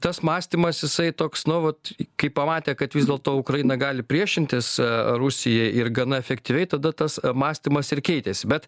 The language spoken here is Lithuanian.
tas mąstymas jisai toks no vot kai pamatė kad vis dėlto ukraina gali priešintis rusijai ir gana efektyviai tada tas mąstymas ir keitėsi bet